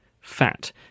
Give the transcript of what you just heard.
fat